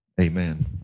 Amen